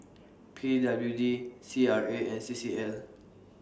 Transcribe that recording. P W D C R A and C C L